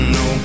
no